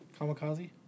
Kamikaze